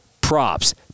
Props